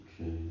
Okay